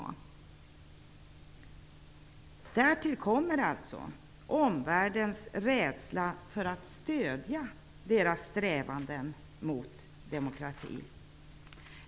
Därtill kommer alltså omvärldens rädsla för att stödja deras strävanden mot demokrati.